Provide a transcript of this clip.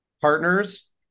Partners